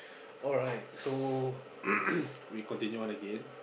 alright so we continue on again